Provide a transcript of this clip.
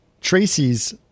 Tracy's